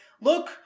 look